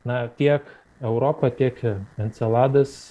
na tiek europa tiek enceladas